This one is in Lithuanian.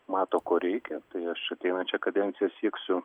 mato ko reikia tai aš ateinančią kadenciją sieksiu